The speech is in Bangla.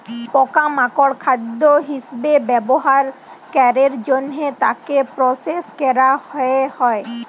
পকা মাকড় খাদ্য হিসবে ব্যবহার ক্যরের জনহে তাকে প্রসেস ক্যরা হ্যয়ে হয়